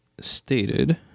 stated